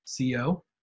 Co